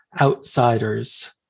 outsiders